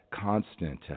constant